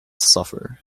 suffer